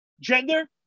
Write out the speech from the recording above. gender